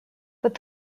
both